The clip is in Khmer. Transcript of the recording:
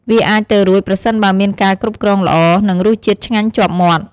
វាអាចទៅរួចប្រសិនបើមានការគ្រប់គ្រងល្អ និងរសជាតិឆ្ងាញ់ជាប់មាត់។